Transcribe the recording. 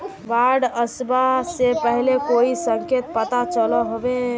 बाढ़ ओसबा से पहले कोई संकेत पता चलो होबे?